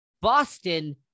Boston